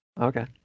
Okay